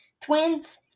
Twins